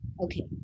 Okay